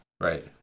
Right